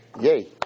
Yay